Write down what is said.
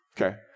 Okay